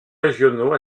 régionaux